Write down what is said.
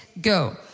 go